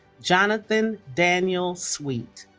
jonathan daniel sweet